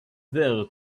there